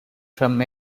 from